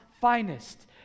finest